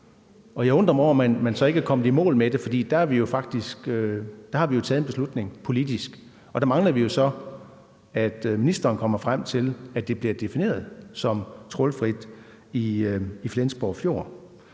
og jeg undrer mig over, at man så ikke er kommet i mål med det. For der har vi taget en beslutning politisk, og der mangler vi jo så, at ministeren kommer frem til, at det angående Flensborg Fjord